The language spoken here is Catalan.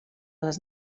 les